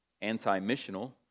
anti-missional